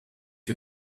you